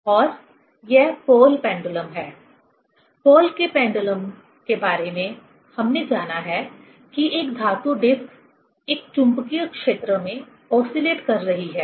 और यह Pohl pendulum Pohl's pendulum है पोहल के पेंडुलम के बारे में हमने जाना है कि एक धातु डिस्क एक चुंबकीय क्षेत्र में ओसीलेट कर रही है